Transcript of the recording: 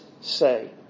say